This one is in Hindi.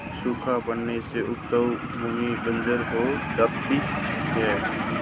सूखा पड़ने से उपजाऊ भूमि बंजर हो जाती है